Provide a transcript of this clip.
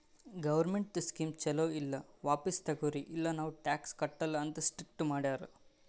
ಗೌರ್ಮೆಂಟ್ದು ಸ್ಕೀಮ್ ಛಲೋ ಇಲ್ಲ ವಾಪಿಸ್ ತಗೊರಿ ಇಲ್ಲ ನಾವ್ ಟ್ಯಾಕ್ಸ್ ಕಟ್ಟಲ ಅಂತ್ ಸ್ಟ್ರೀಕ್ ಮಾಡ್ಯಾರ್